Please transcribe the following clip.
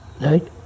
Right